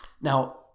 Now